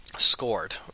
Scored